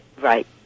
Right